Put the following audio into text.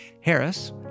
Harris